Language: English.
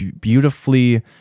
beautifully